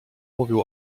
mówił